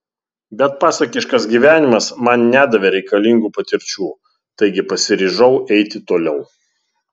bet pasakiškas gyvenimas man nedavė reikalingų patirčių taigi pasiryžau eiti toliau